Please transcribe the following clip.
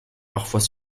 parfois